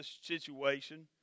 situation